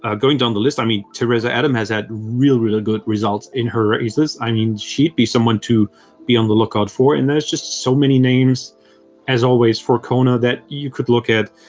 ah going down the list, i mean teresa adam has had really, really good results in her races. i mean she'd be someone to be on the lookout for. and there's just so many names as always, for kona that you could look at.